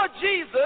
Jesus